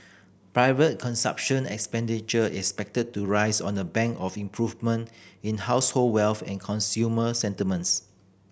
private consumption expenditure is expected to rise on the back of improvement in household wealth and consumer sentiments